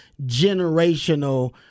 generational